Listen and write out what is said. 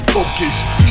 Focus